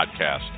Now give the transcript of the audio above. podcast